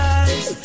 eyes